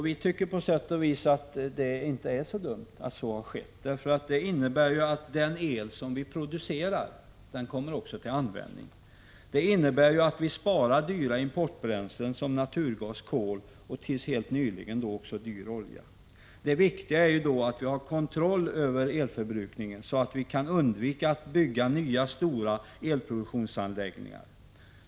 Vi tycker egentligen att det inte är så dumt att så har skett, för det innebär ju att den el som vi producerar också kommer till användning. Vidare innebär det att vi sparar på importbränslen som är dyra. Det gäller exempelvis naturgas och kol, och det har — tills helt nyligen — gällt även olja. Det viktiga är då att vi har kontroll över elförbrukningen, så att vi undviker att bygga nya stora elproduktionsanläggningar.